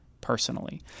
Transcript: personally